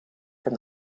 from